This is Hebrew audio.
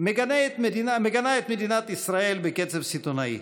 מגנה את מדינת ישראל בקצב סיטונאי.